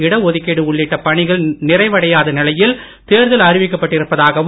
இடஒதுக்கீடு உள்ளிட்ட பணிகள் நிறைவடையாத நிலையில் தேர்தல் அறிவிக்கப்பட்டிருப்பதாகவும்